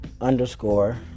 underscore